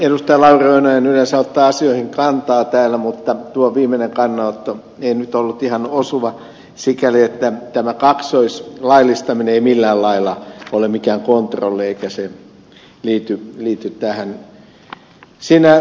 lauri oinonen yleensä ottaa asioihin kantaa täällä mutta tuo viimeinen kannanotto ei nyt ollut ihan osuva sikäli että tämä kaksoislaillistaminen ei millään lailla ole mikään kontrolli eikä se liity tähän